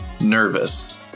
Nervous